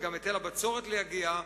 וגם היטל הבצורת לא יגיע,